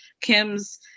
kim's